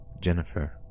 Jennifer